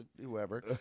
whoever